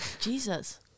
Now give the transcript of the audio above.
Jesus